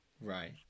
Right